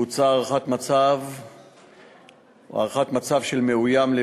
בוצעה הערכת מצב של מאוים,